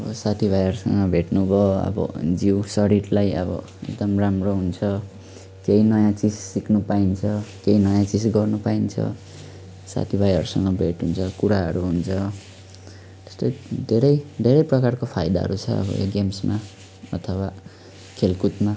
अब साथीभाइहरूसँग भेट्नु भयो अब जिउ शरीरलाई अब एकदम राम्रो हुन्छ केही नयाँ चिज सिक्नु पाइन्छ केही नयाँ चिज गर्नु पाइन्छ साथीभाइहरूसँग भेट हुन्छ कुराहरू हुन्छ यस्तै धेरै धेरै प्रकारको फाइदाहरू छ अब यो गेम्समा अथवा खेलकुदमा